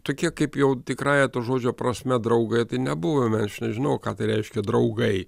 tokie kaip jau tikrąja to žodžio prasme draugai nebuvome aš nežinau ką tai reiškia draugai